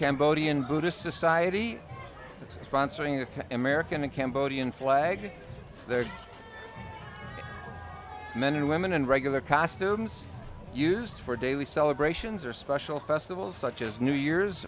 cambodian buddhist society sponsoring the american and cambodian flag there are many women and regular costumes used for daily celebrations or special festivals such as new year's